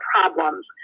problems